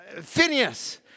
Phineas